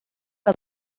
que